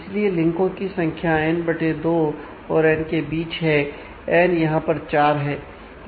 इसीलिए लिंको की संख्या एन बटे दो यहां पर 4 है